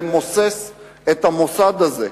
למוסס את המוסד הזה,